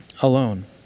alone